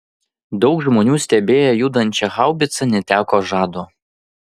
daug žmonių stebėję judančią haubicą neteko žado